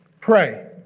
Pray